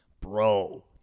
Bro